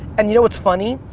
and you know what's funny?